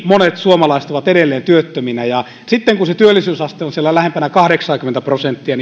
monet suomalaiset ovat edelleen työttöminä ja sitten kun se työllisyysaste on siellä lähempänä kahdeksaakymmentä prosenttia